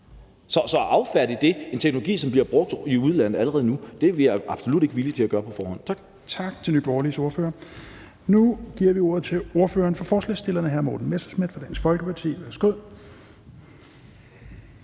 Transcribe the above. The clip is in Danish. at affærdige det, en teknologi, som bliver brugt i udlandet allerede nu, er vi absolut ikke villige til at gøre på forhånd. Tak.